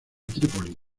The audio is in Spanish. trípoli